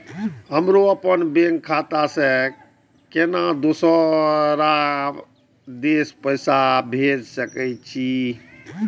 हमरो अपने बैंक खाता से केना दुसरा देश पैसा भेज सके छी?